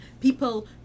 People